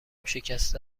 شکسته